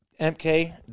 MK